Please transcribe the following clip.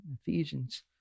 Ephesians